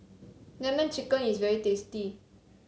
lemon chicken is very tasty